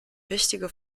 wichtige